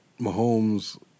Mahomes